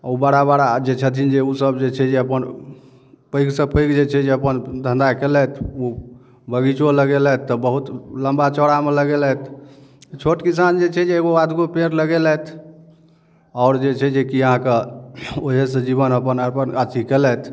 आ ओ बड़ा बड़ा जे छथिन जे ओसब जे छै जे अपन पैघ सँ पैघ जे छै जे अपन धंधा केलथि ओ बगीचो लगेलथि तऽ बहुत लम्बा चौड़ा मे लगेलथि छोट किसान जे छै जे एगो आधगो पेड़ लगेलथि आओर जे छै जेकी अहाँके ओहि सँ जीवन अपन यापन अथी केलैथ